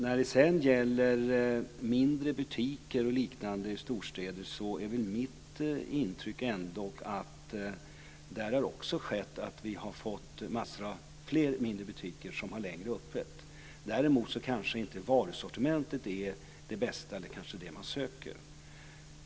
När det gäller mindre butiker och liknande i storstäder är mitt intryck att det har blivit fler mindre butiker som har öppet längre. Däremot kanske varusortimentet inte är det bästa eller det man söker.